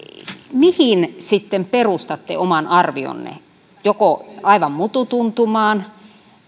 mihin sitten perustatte oman arvionne joko aivan mututuntumaan